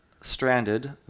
stranded